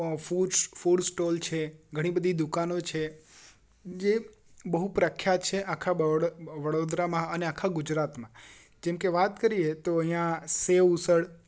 food stall છે ઘણી બધી દુકાનો છે જે બહુ પ્રખ્યાત છે આખા વડોદરામાં અને આખા ગુજરાતમાં કેમકે વાત કરીએ તો અહીંયા સેવ ઉસળ